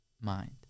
mind